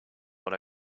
what